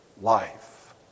life